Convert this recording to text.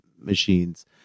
machines